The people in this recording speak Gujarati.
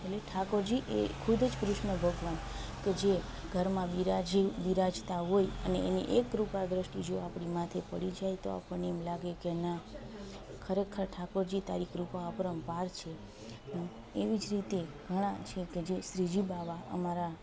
એટલે ઠાકોરજી એ ખુદજ કૃષ્ણ ભગવાન કે જે ઘરમાં બિરાજે બિરાજતા હોય અને એની એ કૃપા દ્રષ્ટિ જો આપણી માથે પડી જાય તો આપણને એમ લાગે કે ના ખરેખર ઠાકોરજી તારી કૃપા અપરંપાર છે એવી જ રીતે ઘણા છે કે જે શ્રીજી બાવા અમારા